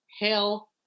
hell